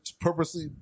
purposely